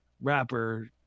rapper